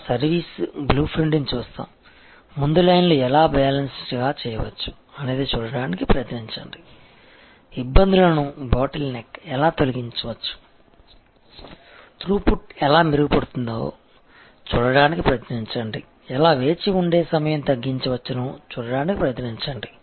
మనం service blue ప్రింట్ని చూస్తాము ముందు లైన్లు ఎలా బ్యాలెన్స్గా చేయవచ్చు అనేది చూడటానికి ప్రయత్నించండి ఇబ్బందులనుబాటిల్ నెక్ ఎలా తొలగించవచ్చు త్రూ పుట్ ఎలా మెరుగుపడుతుందో చూడటానికి ప్రయత్నించండి ఎలా వేచి ఉండే సమయం తగ్గించవచ్చునో చూడటానికి ప్రయత్నించండి